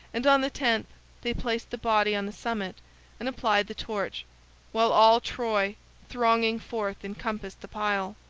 and on the tenth they placed the body on the summit and applied the torch while all troy thronging forth encompassed the pile.